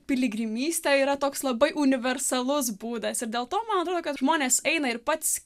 piligrimystė yra toks labai universalus būdas ir dėl to man atrodo kad žmonės eina ir pats